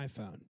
iPhone